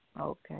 Okay